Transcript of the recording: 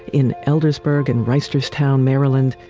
in eldersburg and reisterstown, maryland,